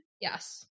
Yes